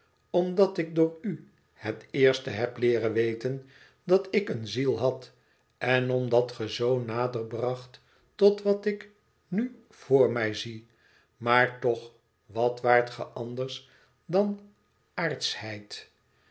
omdat ik door u het eerste heb leeren weten dat ik een ziel had en omdat ge zo nader bracht tot wat ik nu voor mij zie maar toch wat waart ge anders dan